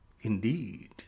indeed